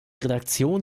redaktion